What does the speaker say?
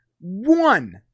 one